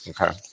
Okay